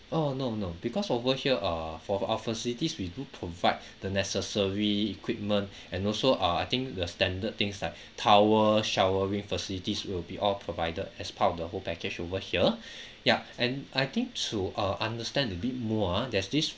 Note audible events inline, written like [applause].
oh no no because over here uh for our facilities we do provide the necessary equipment and also uh I think the standard things like towel showering facilities will be all provided as part of the whole package over here [breath] ya and I think to uh understand a bit more ah there's this